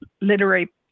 literary